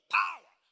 power